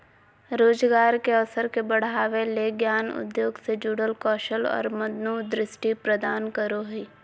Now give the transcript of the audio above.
रोजगार के अवसर के बढ़ावय ले ज्ञान उद्योग से जुड़ल कौशल और मनोदृष्टि प्रदान करो हइ